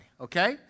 okay